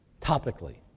topically